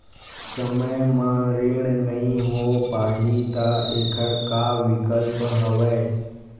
समय म ऋण नइ हो पाहि त एखर का विकल्प हवय?